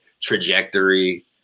trajectory